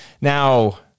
Now